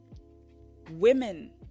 Women